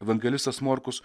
evangelistas morkus